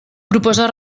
proposa